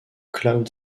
cloud